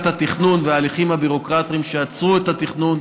התכנון וההליכים הביורוקרטיים שעצרו את התכנון,